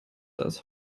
als